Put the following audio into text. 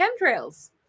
Chemtrails